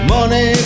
Money